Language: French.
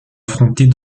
affronter